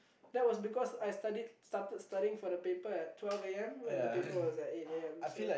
that was because I studied started studying for the paper at twelve am when the paper at eight a_m so